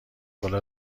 بالا